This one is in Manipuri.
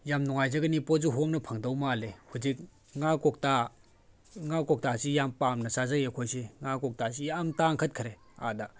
ꯌꯥꯝ ꯅꯨꯡꯉꯥꯏꯖꯒꯅꯤ ꯄꯣꯠꯁꯨ ꯍꯣꯡꯅ ꯐꯪꯗꯧ ꯃꯥꯜꯂꯦ ꯍꯧꯖꯤꯛ ꯉꯥ ꯀꯧꯇꯥ ꯉꯥ ꯀꯧꯇꯥꯁꯤ ꯌꯥꯝ ꯄꯥꯝꯅ ꯆꯥꯖꯩ ꯑꯩꯈꯣꯏꯁꯤ ꯉꯥ ꯀꯧꯇꯥꯁꯤ ꯌꯥꯝ ꯇꯥꯡꯈꯠꯈ꯭ꯔꯦ ꯑꯥꯗ